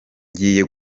ngiye